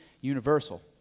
universal